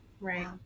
Right